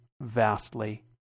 vastly